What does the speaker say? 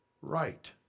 right